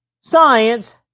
science